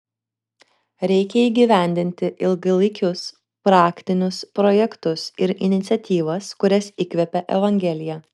reikia įgyvendinti ilgalaikius praktinius projektus ir iniciatyvas kurias įkvepia evangelija